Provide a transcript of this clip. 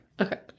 Okay